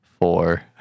four